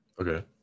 okay